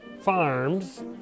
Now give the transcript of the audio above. Farms